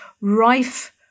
rife